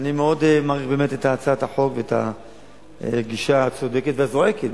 אני באמת מאוד מעריך את הצעת החוק ואת הגישה הצודקת והזועקת,